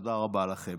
תודה רבה לכם.